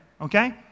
okay